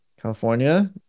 California